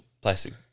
Plastic